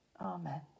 Amen